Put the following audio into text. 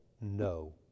no